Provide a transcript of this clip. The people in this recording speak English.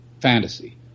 fantasy